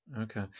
Okay